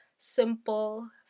simple